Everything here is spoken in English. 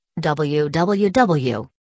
www